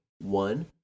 One